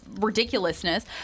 ridiculousness